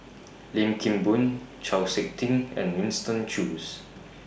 Lim Kim Boon Chau Sik Ting and Winston Choos